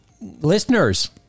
listeners